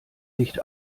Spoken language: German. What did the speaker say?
nicht